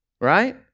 right